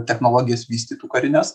technologijas vystytų karines